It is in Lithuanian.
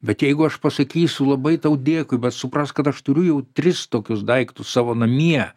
bet jeigu aš pasakysiu labai tau dėkui bet suprask kad aš turiu jau tris tokius daiktus savo namie